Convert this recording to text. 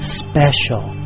special